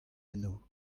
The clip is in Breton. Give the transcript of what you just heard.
eno